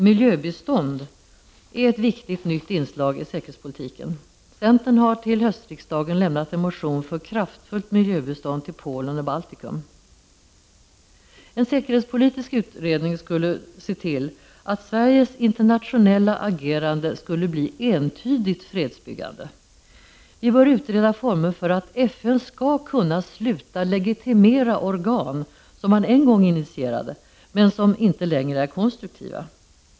Miljöbistånd är ett nytt viktigt inslag i säkerhetspolitiken. Centern har till höstriksdagen avgett en motion för kraftfullt miljöbistånd till Polen och Baltikum. En säkerhetspolitisk utredning skulle se till att Sveriges internationella agerande blir entydigt fredsbyggande. Vi bör utreda former för att FN skall kunna sluta legitimera organ som man en gång initierat, men som inte längre är konstruktiva.